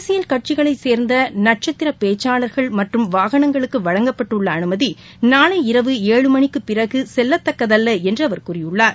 அரசியல் கட்சிகளை சேர்ந்த நட்சத்திர பேச்சாளர்கள் மற்றம் வாகனங்களுக்கு வழங்கப்பட்டுள்ள அனுமதி நாளை இரவு ஏழு மணிக்குப் பிறகு செல்லத்தக்கதல்ல என்று அவர் கூறியுள்ளார்